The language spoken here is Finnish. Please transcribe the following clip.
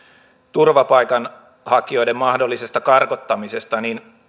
turvapaikanhakijoiden mahdollisesta karkottamisesta